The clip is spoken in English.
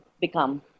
become